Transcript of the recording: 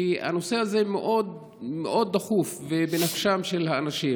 כי הנושא הזה מאוד דחוף והוא בנפשם של האנשים.